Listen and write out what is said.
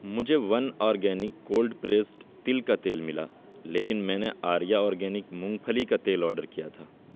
مجھے one organic cold pressed تل کا تیل ملا لیکن میں نے آریہ آرگینک مونگ پھلی کا تیل آرڈر کیا تھا